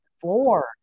floor